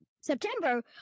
September